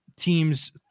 teams